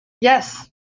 Yes